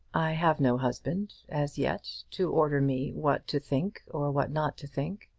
i have no husband as yet to order me what to think or what not to think.